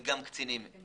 או